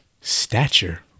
stature